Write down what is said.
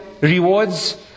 rewards